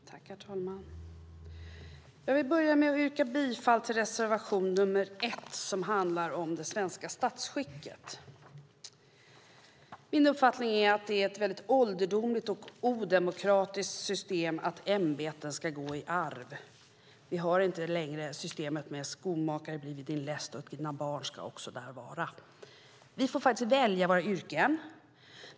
Herr talman! Jag vill börja med att yrka bifall till reservation nr 1 som handlar om det svenska statsskicket. Min uppfattning är att det är ett väldigt ålderdomligt och odemokratiskt system att ämbeten ska gå i arv. Vi har inte längre systemet skomakare bli vid din läst och dina barn ska också där vara. Vi får faktiskt välja våra yrken.